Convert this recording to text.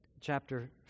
chapter